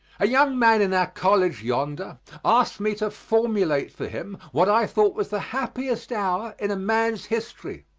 a young man in our college yonder asked me to formulate for him what i thought was the happiest hour in a man's history,